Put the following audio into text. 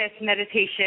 meditation